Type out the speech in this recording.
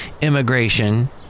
immigration